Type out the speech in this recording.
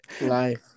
Life